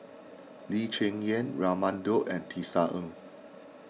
Lee Cheng Yan Raman Daud and Tisa Ng